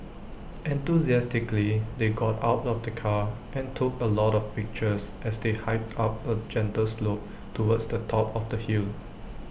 enthusiastically they got out of the car and took A lot of pictures as they hiked up A gentle slope towards the top of the hill